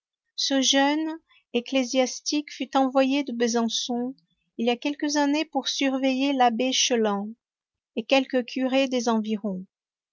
ce jeune ecclésiastique fut envoyé de besançon il y a quelques années pour surveiller l'abbé chélan et quelques curés des environs